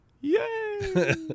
Yay